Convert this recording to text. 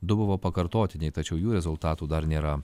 du buvo pakartotiniai tačiau jų rezultatų dar nėra